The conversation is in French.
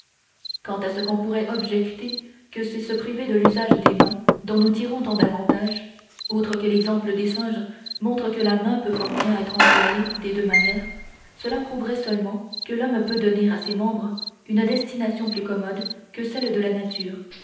quant à ce qu'on pourrait objecter que c'est se priver de l'usage des mains dont nous tirons tant d'avantages outre que l'exemple des singes montre que la main peut fort bien être employée des deux manières cela prouverait seulement que l'homme peut donner à ses membres une destination plus commode que celle de la nature